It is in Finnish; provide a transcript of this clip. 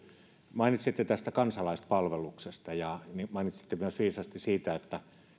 mainitsitte kansalaispalveluksen ja mainitsitte myös viisaasti sen että